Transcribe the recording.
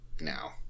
now